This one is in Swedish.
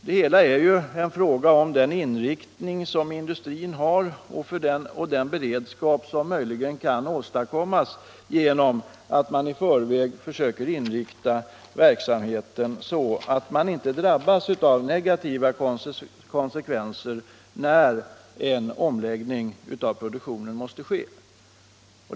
Det hela gäller ju den inriktning som industrin har och den beredskap som möjligen kan åstadkommas genom att man i förväg försöker inrikta verksamheten så, att det inte blir negativa konsekvenser när en omläggning av produktionen måste ske.